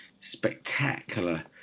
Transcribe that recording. spectacular